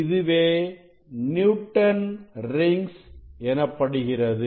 இதுவே Newton rings எனப்படுகிறது